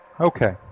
Okay